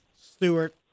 Stewart